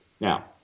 Now